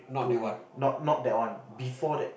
to not not that one before that